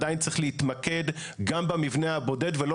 עדיין צריך להתמקד גם במבנה הבודד ולא